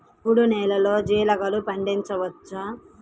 చవుడు నేలలో జీలగలు పండించవచ్చా?